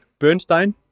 Bernstein